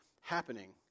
happening